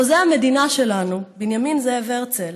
חוזה המדינה שלנו, בנימין זאב הרצל,